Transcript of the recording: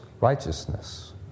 righteousness